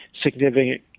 significant